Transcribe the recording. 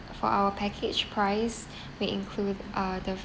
for our package price may include uh the